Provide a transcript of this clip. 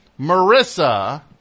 Marissa